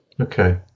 Okay